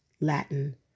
Latin